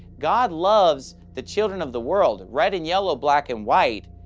god loves the children of the world. red and yellow, black and white,